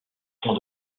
font